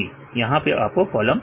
विद्यार्थी छठा कालम